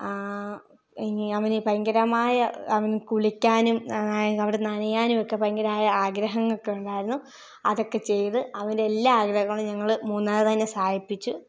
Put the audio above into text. ആ അവൻ ഭയങ്കരമായ അവൻ കുളിക്കാനും അവിടെ നനയാനുമൊക്കെ ഭയങ്കരമായ ആഗ്രഹമൊക്കെ ഉണ്ടായിരുന്നു അതൊക്കെ ചെയ്തു അവൻ്റെ എല്ലാ ആഗ്രഹങ്ങളും ഞങ്ങൾ മൂന്നാർ നിന്ന് തന്നെ സാധിപ്പിച്ചു